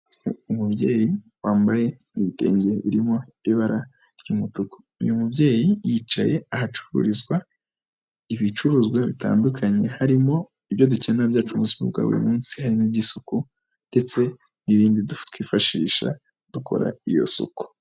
Umubyeyi wambaye ibitenge birimo ibara ry'umutuku, uyu mubyeyi yicaye ahacururizwa ibicuruzwa bitandukanye, harimo ibyo dukenera byacu mu buzima bwa buri munsi, harimo iby'isuku ndetse n'ibindi twifashisha dukora iyo suku.